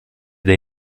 dei